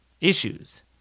issues